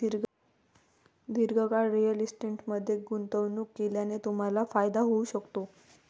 दीर्घकाळ रिअल इस्टेटमध्ये गुंतवणूक केल्याने तुम्हाला फायदा होऊ शकतो